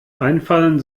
einfallen